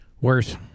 Worse